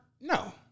No